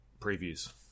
previews